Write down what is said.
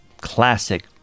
classic